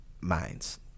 minds